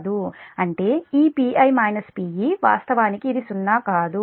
అంటే ఈ Pi - Pe వాస్తవానికి ఇది '0' కాదు